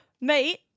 Mate